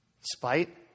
Spite